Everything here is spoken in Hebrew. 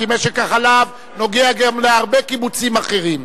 כי משק החלב נוגע גם להרבה קיבוצים אחרים.